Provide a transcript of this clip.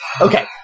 Okay